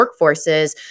workforces